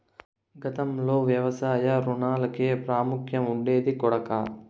గతంలో వ్యవసాయ రుణాలకే ప్రాముఖ్యం ఉండేది కొడకా